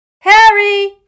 Harry